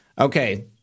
Okay